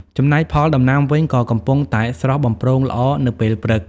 ចំណែកផលដំណាំវិញក៏កំពុងតែស្រស់បំព្រងល្អនៅពេលព្រឹក ។